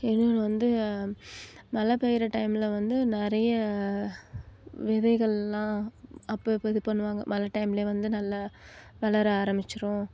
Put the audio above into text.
ஏன்னால் நான் வந்து மழை பெய்கிற டைமில் வந்து நிறைய விதைகளெலாம் அப்பப்போ இது பண்ணுவாங்க மழை டைமில் வந்து நல்லா வளர ஆரமிச்சிடும்